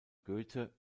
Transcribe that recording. goethe